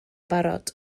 barod